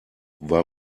war